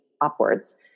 upwards